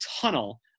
tunnel